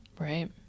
right